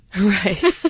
Right